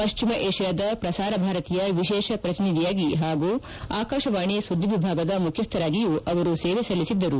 ಪಶ್ಚಿಮ ಏಷ್ಠಾದ ಪ್ರಸಾರಭಾರತಿಯ ವಿಶೇಷ ಪ್ರತಿನಿಧಿಯಾಗಿ ಹಾಗೂ ಆಕಾಶವಾಣಿ ಸುದ್ದಿವಿಭಾಗದ ಮುಖ್ಯಸ್ವರಾಗಿಯೂ ಸೇವೆ ಸಲ್ಲಿಸಿದ್ದರು